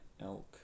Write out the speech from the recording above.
elk